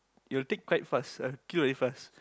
it will take quite fast uh kill very fast